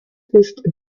ist